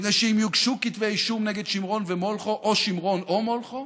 מפני שאם יוגשו כתבי אישום נגד שמרון ומולכו או שמרון או מולכו,